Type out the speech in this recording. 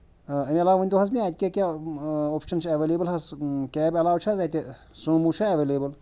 اَمہِ علاوٕ ؤنۍ تَو حظ مےٚ اَتہِ کیٛاہ کیٛاہ آپشَن چھِ اٮ۪ویلیبٕل حظ کیب علاوٕ چھِ حظ اَتہِ سوموٗ چھا ایویلیبٕل